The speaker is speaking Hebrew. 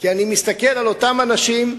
כי אני מסתכל על אותם אנשים,